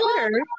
Twitter